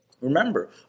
Remember